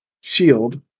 shield